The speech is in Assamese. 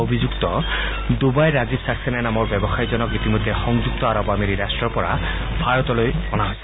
অভিযুক্ত ডুবাইৰ ৰাজীৱ ছাক্সেনা নামৰ ব্যৱসায়ীজনক ইতিমধ্যে সংযুক্ত আৰৱ আমিৰী ৰাষ্ট্ৰৰ পৰা ভাৰতলৈ অনা হৈছে